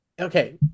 Okay